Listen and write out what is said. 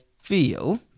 Feel